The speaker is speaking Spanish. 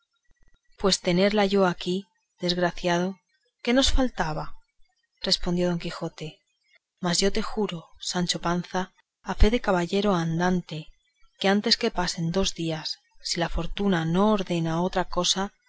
pues a tenerla yo aquí desgraciado yo qué nos faltaba respondió don quijote mas yo te juro sancho panza a fe de caballero andante que antes que pasen dos días si la fortuna no ordena otra cosa